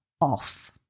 off